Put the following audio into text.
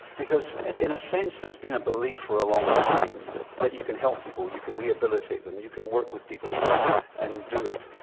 because in a sense there has been a belief for a long time that but you can help people, you can rehabilitate them, you can work with people and do it.